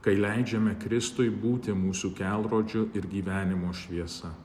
kai leidžiame kristui būti mūsų kelrodžiu ir gyvenimo šviesa